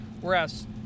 whereas